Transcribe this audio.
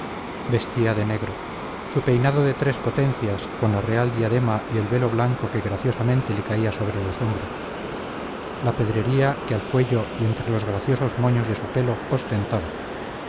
vestía de negro su peinado de tres potencias con la real diadema y el velo blanco que graciosamente le caía sobre los hombros la pedrería que al cuello y entre los graciosos moños de su pelo ostentaba